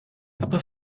aber